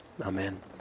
Amen